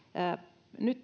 nyt